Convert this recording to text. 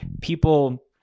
People